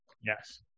Yes